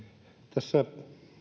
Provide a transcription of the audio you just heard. tässä